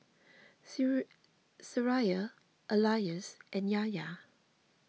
Syirah Elyas and Yahya